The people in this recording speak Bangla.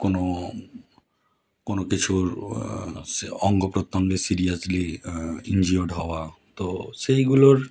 কোনও কোনও কিছুর সে অঙ্গপ্রতঙ্গের সিরিয়াসলি ইনজিওর্ড হওয়া তো সেইগুলোর